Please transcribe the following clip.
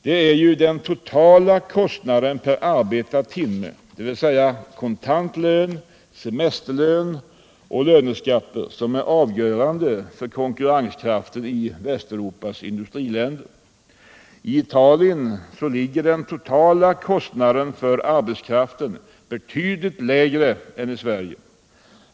Det är ju den totala kostnaden per arbetad timme — kontant lön, semesterlön och löneskatter — som är avgörande för konkurrenskraften i Västeuropas industriländer. I Italien ligger den totala kostnaden för arbetskraften betydligt lägre än i Sverige.